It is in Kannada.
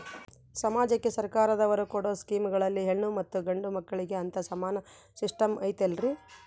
ಸಮಾಜಕ್ಕೆ ಸರ್ಕಾರದವರು ಕೊಡೊ ಸ್ಕೇಮುಗಳಲ್ಲಿ ಹೆಣ್ಣು ಮತ್ತಾ ಗಂಡು ಮಕ್ಕಳಿಗೆ ಅಂತಾ ಸಮಾನ ಸಿಸ್ಟಮ್ ಐತಲ್ರಿ?